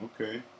Okay